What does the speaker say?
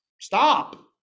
Stop